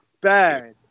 bad